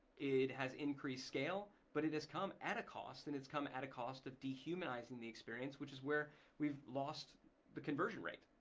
it has increased scale but it has come at a cost and it's come at a cost of dehumanizing the experience which is where we've lost the conversion rate.